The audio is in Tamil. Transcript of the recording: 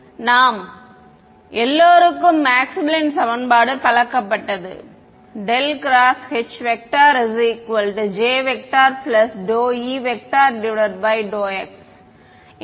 எனவே நாம் எல்லோருக்கும் மேக்ஸ்வெல்லின் சமன்பாடு பழக்கப்பட்டது ∇xHj∂E∂x